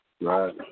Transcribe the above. Right